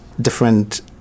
different